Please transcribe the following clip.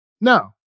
No